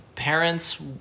parents